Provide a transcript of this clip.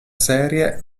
serie